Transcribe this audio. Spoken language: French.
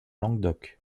languedoc